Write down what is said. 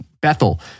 Bethel